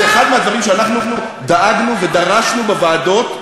זה אחד הדברים שאנחנו דאגנו ודרשנו בוועדות,